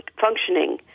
functioning